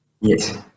Yes